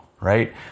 right